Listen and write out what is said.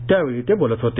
त्यावेळी ते बोलत होते